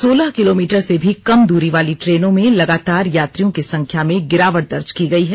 सोलह किलोमीटर से भी कम दूरी वाली ट्रेनों में लगातार यात्रियों की संख्या में गिरावट दर्ज की गई है